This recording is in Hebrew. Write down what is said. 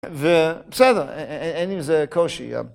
בסדר, אין עם זה קושי.